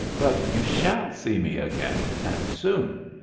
but you shall see me again, and soon.